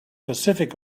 pacific